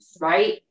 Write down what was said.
Right